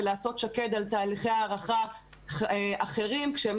ולעשות שקד על תהליכי הערכה אחרים כשהם